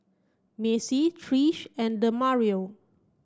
Macy Trish and Demario